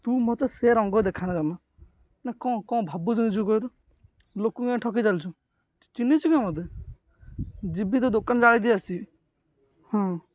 ତୁ ମୋତେ ସେ ରଙ୍ଗ ଦେଖାନା ଜମା ନା କ'ଣ କ'ଣ ଭାବୁଛୁ ନିଜକୁ କହିଲୁ ଲୋକଙ୍କୁ ଏମିତି ଠକି ଚାଲିଛୁ ଚିହ୍ନିଛୁ କିଏ ମୋତେ ଯିବି ତୋ ଦୋକାନ ଜାଳିଦେଇ ଆସିବି ହଁ